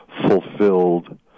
fulfilled